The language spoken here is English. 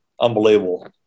unbelievable